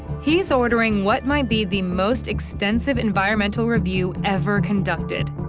he's ordering what might be the most extensive environmental review ever conducted,